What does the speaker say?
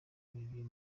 olivier